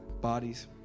bodies